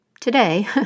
today